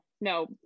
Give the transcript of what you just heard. No